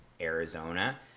Arizona